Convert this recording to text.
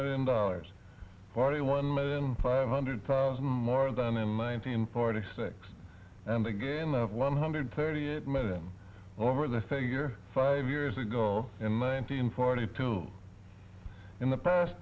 million dollars forty one million five hundred thousand more than and nineteen forty six and a gain of one hundred thirty eight million over the figure five years ago and nine hundred forty two in the past